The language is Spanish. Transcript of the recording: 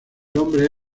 hombre